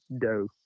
doe